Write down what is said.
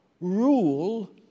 rule